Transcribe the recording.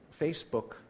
Facebook